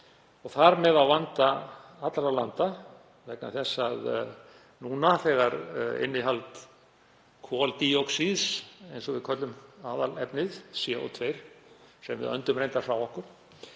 og þar með á vanda allra landa vegna þess að innihald koldíoxíðs, eins og við köllum aðalefnið, CO2, sem við öndum reyndar frá okkur,